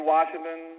Washington